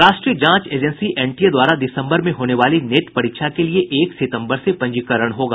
राष्ट्रीय जांच agency NTA द्वारा दिसम्बर में होने वाली नेट परीक्षा के लिए एक सितम्बर से पंजीकरण होगा